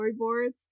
storyboards